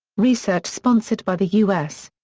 research sponsored by the u s.